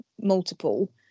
multiple